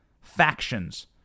factions